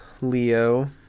Leo